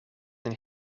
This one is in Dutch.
een